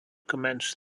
commenced